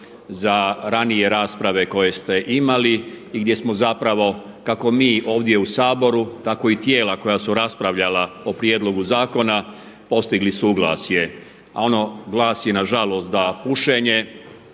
za ranije rasprave koje ste imali i gdje smo zapravo kako mi ovdje u Saboru, tako i tijela koja su raspravljala o prijedlogu zakona postigli suglasje. A ono glasi nažalost da pušenje